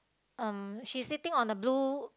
um she sitting on a blue